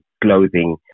clothing